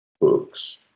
books